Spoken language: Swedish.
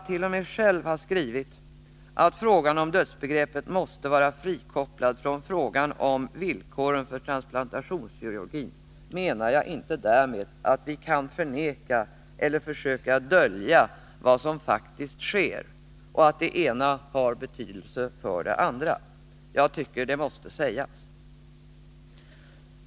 Även om jag själv har skrivit att frågan om dödsbegreppet måste vara frikopplad från frågan om villkoren för transplantationskirurgi, menar jag inte därmed att vi kan förneka eller försöka dölja vad som faktiskt sker och att det ena har betydelse för det andra. Jag tycker att det måste sägas.